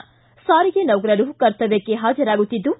ಿ ಸಾರಿಗೆ ನೌಕರು ಕರ್ತವ್ಯಕ್ಕೆ ಹಾಜರಾಗುತ್ತಿದ್ದು